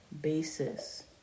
basis